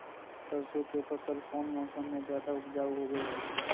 सरसों के फसल कौन मौसम में ज्यादा उपजाऊ होबो हय?